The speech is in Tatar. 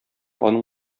аның